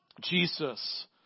Jesus